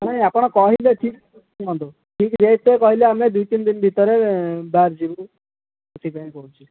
ନାଇଁ ଆପଣ କହିଲେ ଠିକ୍ ଶୁଣନ୍ତୁ ଠିକ୍ ରେଟ୍ କହିଲେ ଆମେ ଦୁଇ ତିନି ଦିନି ଭିତରେ ବାହାରିଯିବୁ ସେଥିପାଇଁ କହୁଛି